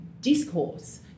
discourse –